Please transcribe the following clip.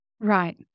Right